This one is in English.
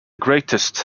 greatest